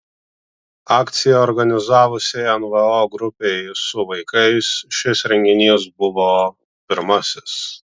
akciją organizavusiai nvo grupei su vaikais šis renginys buvo pirmasis